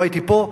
לא הייתי פה,